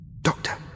Doctor